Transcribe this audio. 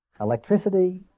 Electricity